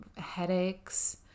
headaches